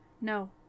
No